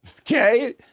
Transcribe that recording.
Okay